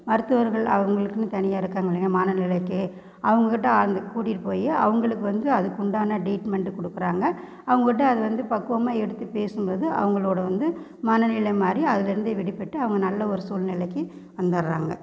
மருத்துவர்கள் அவங்களுக்குன்னு தனியாக இருக்காங்க இல்லையா மனநிலைக்கு அவங்கக்கிட்ட ஆழ்ந்து கூட்டிட்டு போய் அவங்களுக்கு வந்து அதுக்குண்டான டீட்மெண்ட்டு கொடுக்குறாங்க அவங்கிட்ட அது வந்து பக்குவமாக எடுத்து பேசும்போது அவங்களோட வந்து மனநிலை மாறி அதில் இருந்து விடுபட்டு அவங்க நல்ல ஒரு சூழ்நிலைக்கு வந்துடுறாங்க